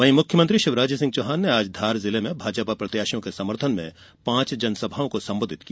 वहीं मुख्यमंत्री शिवराज सिंह चौहान ने आज धार जिले में भाजपा प्रत्याशियों के समर्थन में पांच जनसभाओं को संबोधित किया